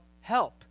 help